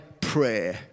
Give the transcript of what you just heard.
prayer